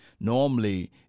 normally